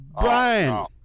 Brian